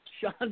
Sean